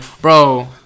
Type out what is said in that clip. bro